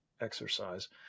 exercise